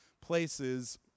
places